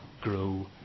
grow